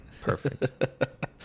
perfect